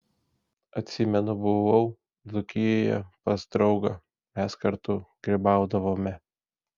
atsimenu buvau dzūkijoje pas draugą mes kartu grybaudavome